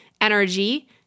energy